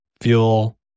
fuel